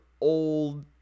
old